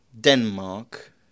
Denmark